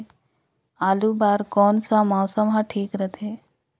आलू बार कौन सा मौसम ह ठीक रथे?